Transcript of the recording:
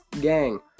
Gang